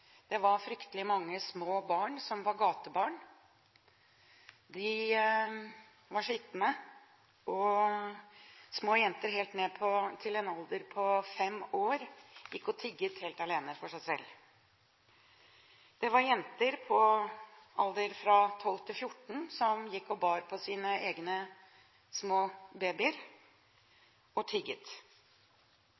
Det var fryktelig mange små barn som var gatebarn. De var skitne. Små jenter helt ned i en alder av fem år gikk og tigget helt alene for seg selv. Det var jenter på en alder fra 12 til 14 år som gikk og bar på sine egne små